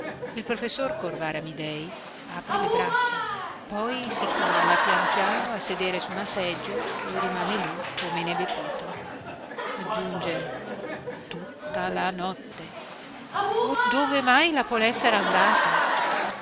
il professor corvara amidei apre le braccia poi si cala pian piano a sedere su una seggiola e rimane lì come inebetito aggiunge tutta la notte o dove mai la polessere andata